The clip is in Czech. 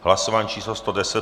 Hlasování číslo 110.